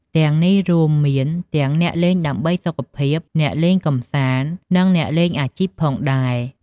ទាំងនេះរួមមានទាំងអ្នកលេងដើម្បីសុខភាព អ្នកលេងដើម្បីកម្សាន្ត និងអ្នកលេងអាជីពផងដែរ។